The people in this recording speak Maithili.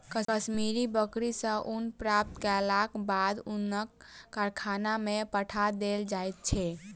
कश्मीरी बकरी सॅ ऊन प्राप्त केलाक बाद ऊनक कारखाना में पठा देल जाइत छै